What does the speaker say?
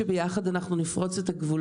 לא ראינו מכתב שאומר שתוך 21 ימים תביאו 100,000